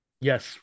Yes